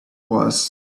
was